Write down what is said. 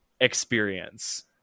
experience